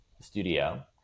studio